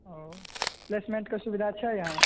आओर प्लेसमेन्टके सुबिधा छै आब